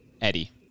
Eddie